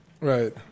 Right